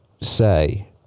say